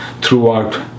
throughout